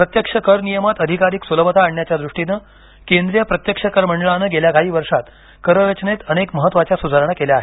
प्रत्यक्ष कर नियमांत अधिकाधिक सुलभता आणण्याच्या दृष्टीनं केंद्रीय प्रत्यक्ष कर मंडळानं गेल्या काही वर्षात कर रचनेत अनेक महत्त्वाच्या सुधारणा केल्या आहेत